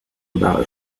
about